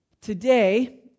Today